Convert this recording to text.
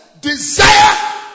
Desire